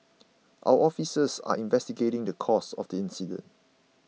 our officers are investigating the cause of the incident